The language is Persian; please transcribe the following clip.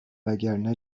وگرنه